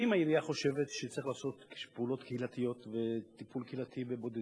אם העירייה חושבת שצריך לעשות פעולות קהילתיות וטיפול קהילתי בבודדים,